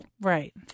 Right